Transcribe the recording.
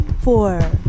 four